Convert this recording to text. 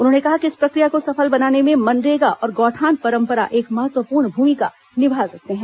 उन्होंने कहा कि इस प्रक्रिया को सफल बनाने में मनरेगा और गौठान परंपरा एक महत्वपूर्ण भूमिका निभा सकते हैं